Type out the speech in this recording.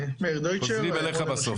חוזרים אלייך בסוף,